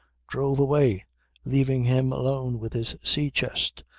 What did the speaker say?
drove away leaving him alone with his sea-chest,